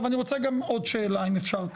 אני רוצה עוד שאלה אם אפשר,